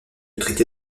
traité